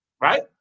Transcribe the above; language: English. Right